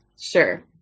sure